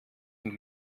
und